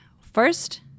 First